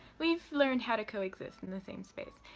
we've learned how to coexist in the same space.